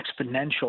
exponential